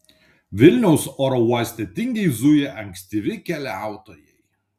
vilniaus oro uoste tingiai zuja ankstyvi keliautojai